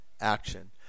action